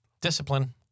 Discipline